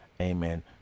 amen